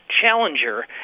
challenger